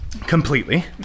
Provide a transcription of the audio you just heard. completely